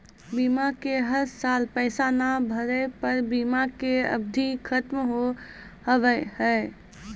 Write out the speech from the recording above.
बीमा के हर साल पैसा ना भरे पर बीमा के अवधि खत्म हो हाव हाय?